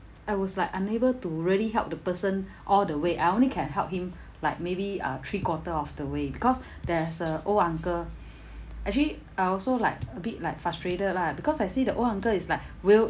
I was like unable to really help the person all the way I only can help him like maybe uh three quarter of the way because there's a old uncle actually I also like a bit like frustrated lah because I see the old uncle is like wheel~